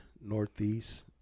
Northeast